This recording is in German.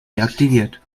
deaktiviert